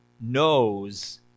knows